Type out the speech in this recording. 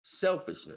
selfishness